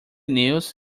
news